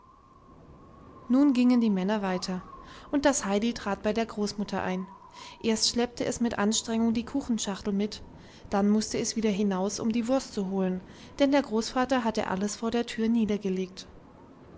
nun gingen die männer weiter und das heidi trat bei der großmutter ein erst schleppte es mit anstrengung die kuchenschachtel mit dann mußte es wieder hinaus um die wurst zu holen denn der großvater hatte alles vor der tür niedergelegt